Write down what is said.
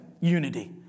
unity